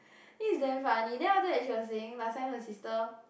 then it's damn funny then after that she was saying last time her sister